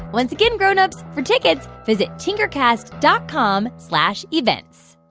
once again, grown-ups, for tickets, visit tinkercast dot com slash events.